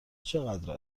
چقدر